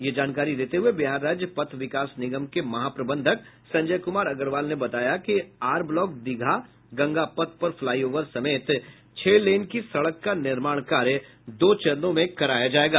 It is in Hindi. यह जानकारी देते हुए बिहार राज्य पथ विकास निगम के महाप्रबंधक संजय कुमार अग्रवाल ने बताया कि आर ब्लॉक दीघा गंगा पथ पर फ्लाई ओवर समेत छह लेन की सड़क का निर्माण कार्य दो चरणों में कराया जायेगा